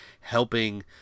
helping